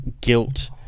guilt